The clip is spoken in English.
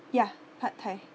ya pad thai